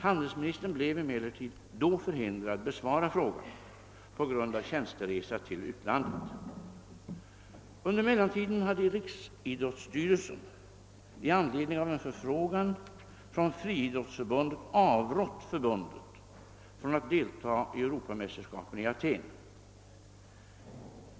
Handelsministern blev emellertid då förhindrad besvara frågan på grund av tjänsteresa till utlandet. Under mellantiden hade riksidrottsstyrelsen i anledning av en förfrågan från friidrottsförbundet avrått förbundet från att delta i europamästerskapen i Aten.